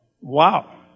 Wow